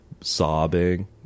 sobbing